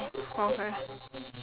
okay